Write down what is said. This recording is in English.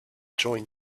join